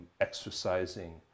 exercising